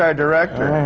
um director!